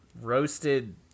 roasted